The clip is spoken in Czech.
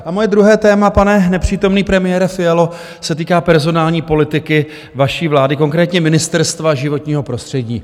A moje druhé téma, pane nepřítomný premiére Fialo, se týká personální politiky vaší vlády, konkrétně Ministerstva životního prostředí.